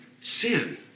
sin